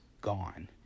gone